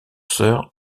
sœur